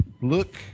Look